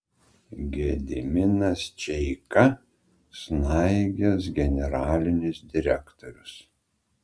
gediminas čeika snaigės generalinis direktorius